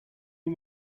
you